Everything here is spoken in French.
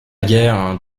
guerre